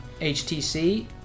HTC